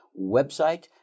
website